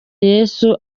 yesu